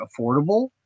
affordable